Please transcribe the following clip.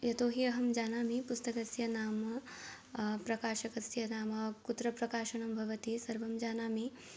यतो हि अहं जानामि पुस्तकस्य नाम प्रकाशकस्य नाम कुत्र प्रकाशनं भवति सर्वं जानामि